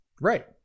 Right